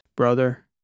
Brother